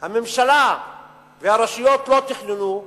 הממשלה והרשויות לא תכננו,